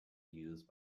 used